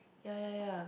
yea yea yea